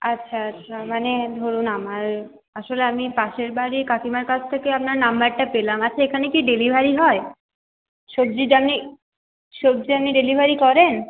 আচ্ছা আচ্ছা মানে ধরুন আমার আসলে আমি পাশের বাড়ির কাকিমার কাছ থেকে আপনার নাম্বারটা পেলাম আচ্ছা এখানে কি ডেলিভারি হয় সবজি সবজি আপনি ডেলিভারি করেন